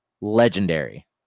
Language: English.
legendary